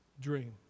dream